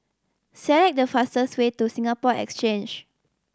select the fastest way to Singapore Exchange